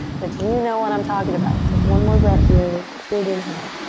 but do you know what i'm talking about? take one more breath here big inhale